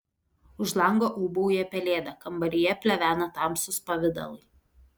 už lango ūbauja pelėda kambaryje plevena tamsūs pavidalai